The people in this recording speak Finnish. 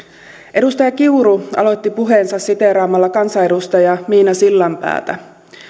edustaja kiuru aloitti puheensa siteeraamalla kansanedustaja miina sillanpäätä